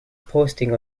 postings